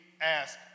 ask